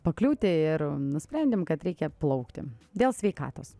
pakliūti ir nusprendėm kad reikia plaukti dėl sveikatos